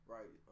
Right